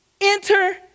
enter